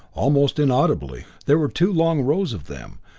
almost inaudibly. there were two long rows of them,